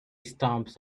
stumps